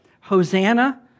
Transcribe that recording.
Hosanna